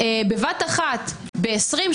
בבת-אחת ב-30%-20%,